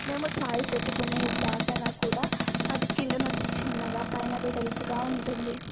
మేము చాయ్ పెట్టుకునే బాసన కూడా అది కింద నుంచి చిన్నగా పైన వెడల్పుగా ఉంటుంది